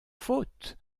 faute